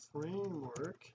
framework